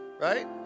right